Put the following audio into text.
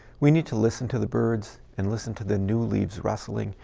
we need to listen to the birds, and listen to the new leaves rustling,